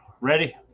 ready